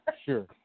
Sure